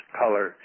color